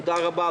תודה רבה.